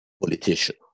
politician